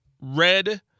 red